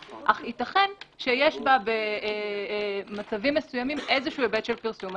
אך ייתכן שיש בה במצבים מסוימים היבט מסוים של פרסום.